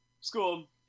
school